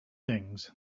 things